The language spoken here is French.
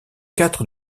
quatre